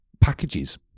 packages